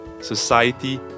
society